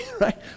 right